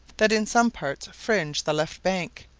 that in some parts fringe the left bank,